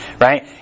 Right